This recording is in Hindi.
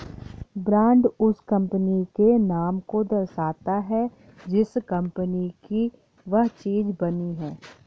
ब्रांड उस कंपनी के नाम को दर्शाता है जिस कंपनी की वह चीज बनी है